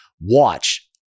watch